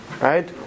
right